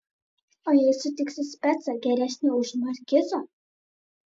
o jei sutiksi specą geresnį už markizą